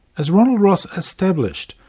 as ronald ross established,